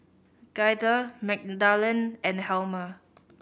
Gaither Magdalen and Helmer